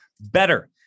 better